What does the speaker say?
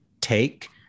take